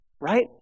right